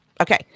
Okay